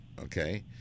okay